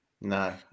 No